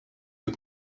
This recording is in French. des